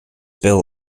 bill